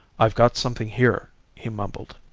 i've got something here he mumbled,